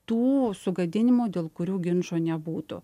tų sugadinimų dėl kurių ginčo nebūtų